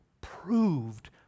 proved